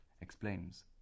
explains